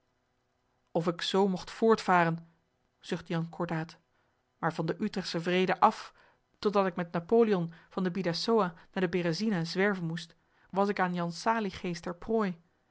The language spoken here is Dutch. of ik zoo mogt voortvaren zucht jan cordaat maar van den utrechtschen vrede af totdat ik met napoleon van de bidassoa naar de berezina zwerven moest was ik aan jan salie geest ter prooi